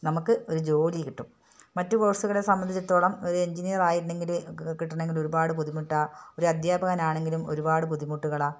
നമുക്ക് ഒരു ജോലി കിട്ടും മറ്റു കോഴ്സുകളെ സംബന്ധിച്ചിടത്തോളം ഒരു എൻജിനീയർ ആയിട്ടുണ്ടെങ്കില് കിട്ടണമെങ്കിൽ ഒരുപാട് ബുദ്ധിമുട്ടാണ് ഒരു അധ്യാപകനാണെങ്കിലും ഒരുപാട് ബുദ്ധിമുട്ടുകളാണ്